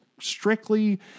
strictly